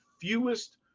fewest